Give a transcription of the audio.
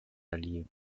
alliés